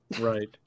Right